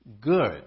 good